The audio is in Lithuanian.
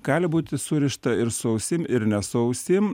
gali būti surišta ir su ausim ir ne su ausim